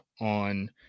on